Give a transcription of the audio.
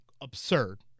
absurd